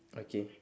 okay